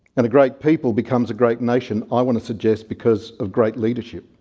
and a great people becomes a great nation, i want to suggest, because of great leadership.